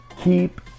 keep